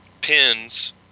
pins